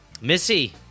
Missy